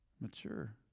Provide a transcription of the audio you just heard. Mature